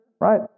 right